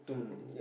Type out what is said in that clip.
mm